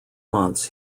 months